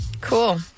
Cool